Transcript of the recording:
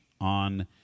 on